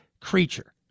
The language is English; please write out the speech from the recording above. creature